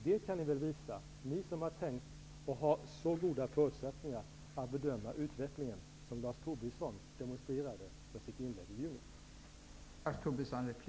Det kan ni väl visa, ni som har så goda förutsättningar att bedöma utvecklingen, vilket Lars Tobisson demonstrerade med sitt inlägg i juni.